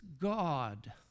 God